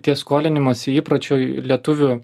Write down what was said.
tie skolinimosi įpročiai lietuvių